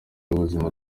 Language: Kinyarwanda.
w’ubuzima